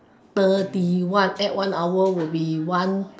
thirty one add one hour will be one